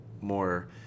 more